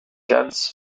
ganz